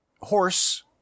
horse